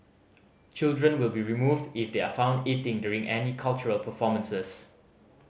children will be removed if they are found eating during any cultural performances